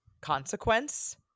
consequence